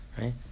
right